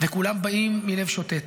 וכולם באים עם לב שותת,